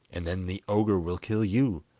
and then the ogre will kill you!